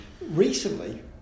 Recently